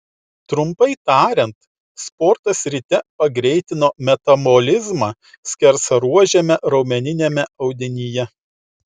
trumpai tariant sportas ryte pagreitino metabolizmą skersaruožiame raumeniniame audinyje